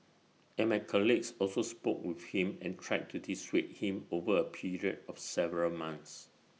and my colleagues also spoke with him and tried to dissuade him over A period of several months